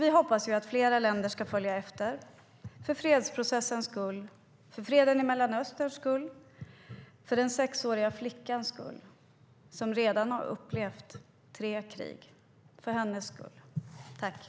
Vi hoppas att fler länder ska följa efter, för fredsprocessens skull, för freden i Mellanösterns skull och för den sexåriga flickans skull, hon som redan upplevt tre krig.